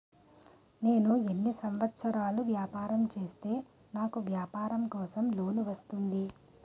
నేను ఎన్ని సంవత్సరాలు వ్యాపారం చేస్తే నాకు వ్యాపారం కోసం లోన్ వస్తుంది?